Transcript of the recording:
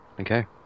okay